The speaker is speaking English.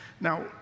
Now